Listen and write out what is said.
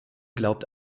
glaubt